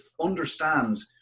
understand